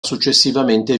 successivamente